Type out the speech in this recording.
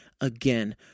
Again